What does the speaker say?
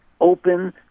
open